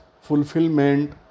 fulfillment